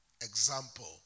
Example